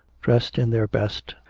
dressed in their best,